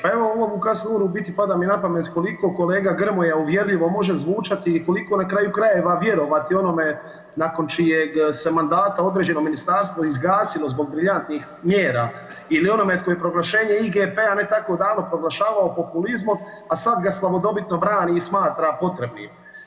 A evo u ovu kasnu uru u biti pada mi na pamet koliko kolega Grmoja uvjerljivo može zvučati i koliko na kraju krajeva vjerovati onome nakon čijeg se mandata određeno ministarstvo i zgasilo zbog briljantnih mjera ili onome tko je proglašenje IGP-a ne tako davno proglašavao populizmom, a sad ga slavodobitno brani i smatra potrebnim.